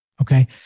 Okay